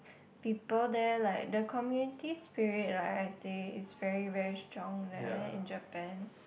people there like the community spirit like I say is very very strong right in Japan